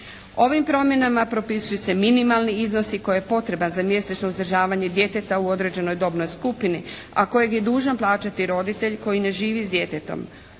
Ovim promjenama propisuju se minimalni iznosi koji je potreban za mjesečno uzdržavanje djeteta u određenoj dobnoj skupini, a kojeg je dužan plaćati roditelj koji ne živi s djetetom.